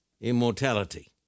immortality